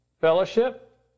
fellowship